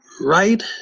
Right